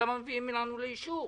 למה מביאים לנו לאישור?